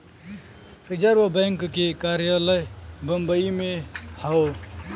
reserve bank के कार्यालय बम्बई में हौ